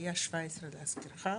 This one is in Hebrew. היה 17 להזכירך,